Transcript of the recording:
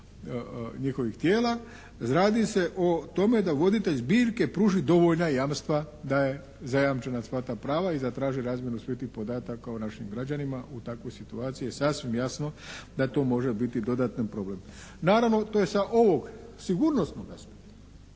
njihovih tijela, radi se o tome da voditelj zbirke pruži dovoljna jamstva da je zajamčena sva ta prava i zatražio razmjenu svih tih podataka o našim građanima u takvoj situaciji je sasvim jasno da to može biti dodatan problem. Naravno to je sa ovog sigurnosnog